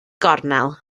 gornel